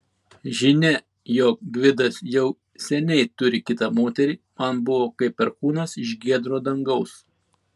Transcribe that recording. žinia jog gvidas jau seniai turi kitą moterį man buvo kaip perkūnas iš giedro dangaus